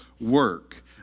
work